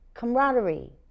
camaraderie